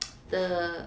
the